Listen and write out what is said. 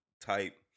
type